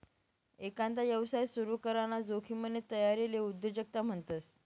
एकांदा यवसाय सुरू कराना जोखिमनी तयारीले उद्योजकता म्हणतस